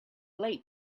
late